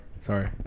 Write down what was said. Sorry